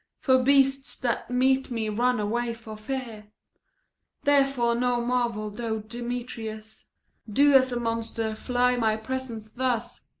for beasts that meet me run away for fear therefore no marvel though demetrius do, as a monster, fly my presence thus.